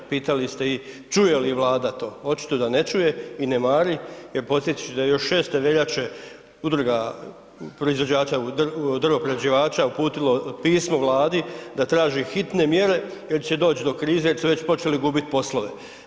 Pitali ste i čuje li Vlada to, očito da ne čuje i ne mari jer podsjetit ću da je još 6. Veljače udruga proizvođača i drvoprerađivača uputilo pismo Vladi da traži hitne mjere jer će doći do krize jer su već počeli gubiti poslove.